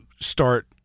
start